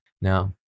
Now